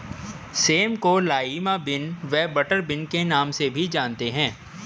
same को lima bean व butter bean के नाम से भी जानते हैं